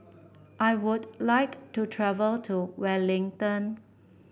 I would like to travel to Wellington